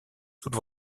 toute